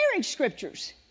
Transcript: scriptures